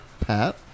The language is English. Pat